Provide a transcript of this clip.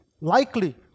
likely